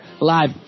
live